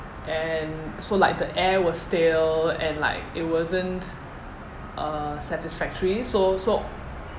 and so like the air was stale and like it wasn't uh satisfactory so so